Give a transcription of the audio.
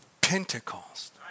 Pentecost